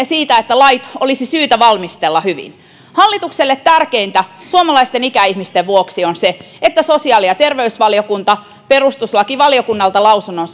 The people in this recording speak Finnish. siitä että lait olisi syytä valmistella hyvin hallitukselle tärkeintä suomalaisten ikäihmisten vuoksi on se että sosiaali ja terveysvaliokunta perustuslakivaliokunnalta lausunnon